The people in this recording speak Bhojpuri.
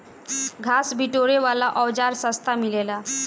घास बिटोरे वाला औज़ार सस्ता मिलेला